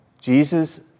Jesus